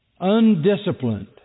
undisciplined